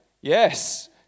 Yes